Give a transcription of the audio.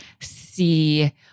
See